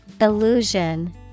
Illusion